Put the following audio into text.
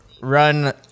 run